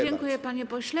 Dziękuję, panie pośle.